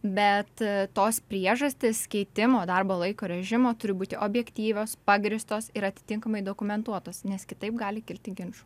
bet tos priežastys keitimo darbo laiko režimo turi būti objektyvios pagrįstos ir atitinkamai dokumentuotos nes kitaip gali kilti ginčų